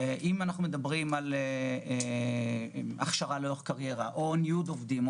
דוגמה נוספת: ניוד עובדים,